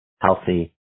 healthy